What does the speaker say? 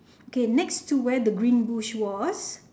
okay next to where the green bush was